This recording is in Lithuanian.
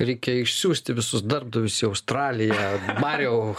reikia išsiųsti visus darbdavius į australiją mariau